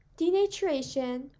Denaturation